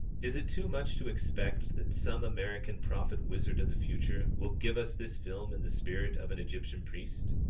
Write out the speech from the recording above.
is it too much to expect that some american prophet-wizard of the future will give us this film in the spirit of an egyptian priest?